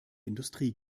industrie